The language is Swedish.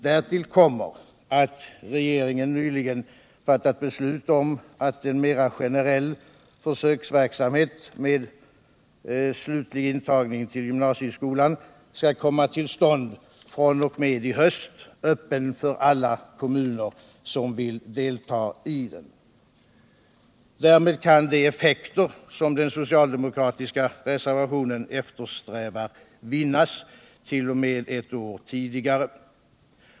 Därtill kommer att regeringen nyligen fattat beslut om att en mera generell försöksverksamhet med slutlig intagning till gymnasieskolan skall komma till stånd fr.o.m. i höst, öppen för alla kommuner som vill delta i den. Därmed kan de effekter som den socialdemokratiska reservationen eftersträvar vinnas t.o.m. ett år tidigare.